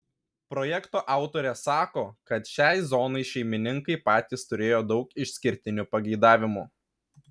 projekto autorė sako kad šiai zonai šeimininkai patys turėjo daug išskirtinių pageidavimų